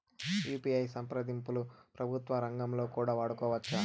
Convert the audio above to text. UPI సంప్రదింపులు ప్రభుత్వ రంగంలో కూడా వాడుకోవచ్చా?